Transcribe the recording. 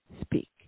Speak